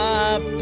up